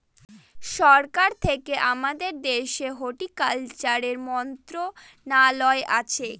সরকার থেকে আমাদের দেশের হর্টিকালচারের মন্ত্রণালয় আছে